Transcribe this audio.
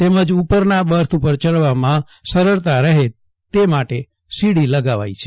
તેમજ ઉપરના બર્થ ઉપર યડવામાં સરળતા રહે તે માટે સીડી લગાવાઇ છે